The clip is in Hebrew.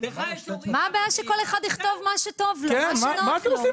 לך יש הורים -- מה הבעיה שכל אחד יכתוב מה שטוב ונוח לו?